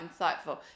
insightful